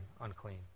unclean